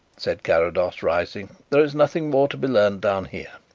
said carrados, rising. there is nothing more to be learned down here.